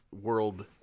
world